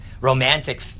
romantic